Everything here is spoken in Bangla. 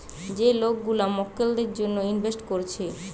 যে লোক গুলা মক্কেলদের জন্যে ইনভেস্ট কোরছে